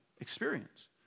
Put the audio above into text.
experience